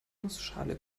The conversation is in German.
nussschale